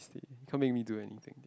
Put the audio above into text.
okay can't make me do anything